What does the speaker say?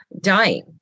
dying